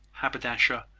haberdasher,